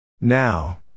Now